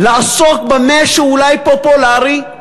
לעסוק במה שאולי פופולרי,